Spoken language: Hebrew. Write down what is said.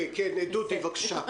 דודי שוקף, בבקשה.